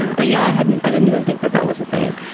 but yeah, i didn't i didn't even think that that was a thing.